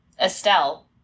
Estelle